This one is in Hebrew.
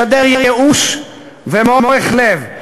ומשדר ייאוש ומורך לב.